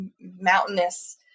mountainous